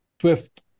Swift